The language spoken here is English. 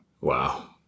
Wow